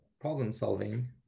problem-solving